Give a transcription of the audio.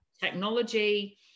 technology